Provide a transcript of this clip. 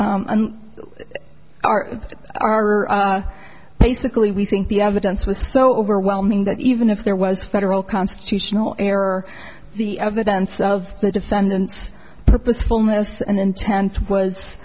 are basically we think the evidence was so overwhelming that even if there was federal constitutional error the evidence of the defendant's purposefulness and intent was